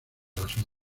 las